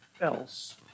else